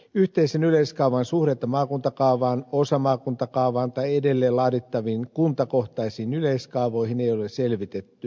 yhteisen yleiskaavan suhdetta maakuntakaavaan osamaakuntakaavaan tai edelleen laadittaviin kuntakohtaisiin yleiskaavoihin ei ole selvitetty